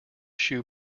shoe